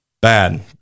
Bad